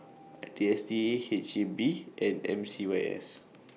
D S T A H E B and M C Y S